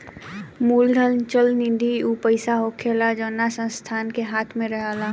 मूलधन चल निधि ऊ पईसा होखेला जवना संस्था के हाथ मे रहेला